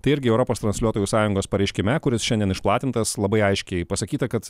tai irgi europos transliuotojų sąjungos pareiškime kuris šiandien išplatintas labai aiškiai pasakyta kad